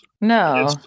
No